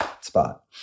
spot